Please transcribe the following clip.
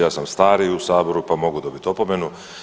Ja sam stariji u saboru pa mogu dobiti opomenu.